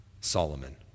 Solomon